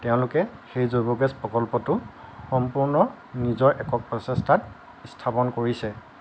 তেওঁলোকে সেই জৈৱগেছ প্ৰকল্পটো সম্পূৰ্ণ নিজৰ একক প্ৰচেষ্টাত স্থাপন কৰিছে